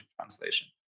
translation